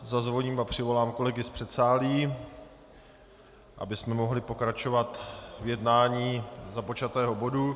Zazvoním a přivolám kolegy z předsálí, abychom mohli pokračovat v jednání započatého bodu.